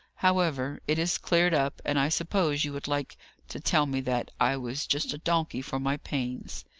however, it is cleared up and i suppose you would like to tell me that i was just a donkey for my pains.